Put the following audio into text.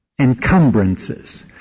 encumbrances